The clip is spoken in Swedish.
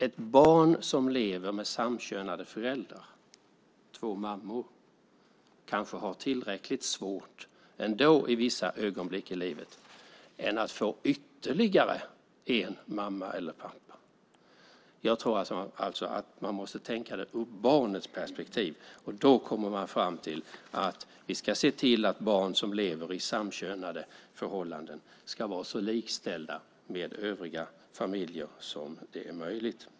Ett barn som lever med samkönade föräldrar, två mammor, kanske har det tillräckligt svårt ändå i vissa ögonblick i livet än att få ytterligare en mamma eller pappa. Jag tror att man måste se det ur barnets perspektiv. Då kommer man fram till att vi ska se till att barn som lever i samkönade förhållanden ska vara så likställda med dem i övriga familjer som det är möjligt.